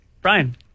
Brian